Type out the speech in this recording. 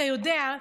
אתה יודע,